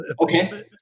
Okay